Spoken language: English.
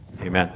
Amen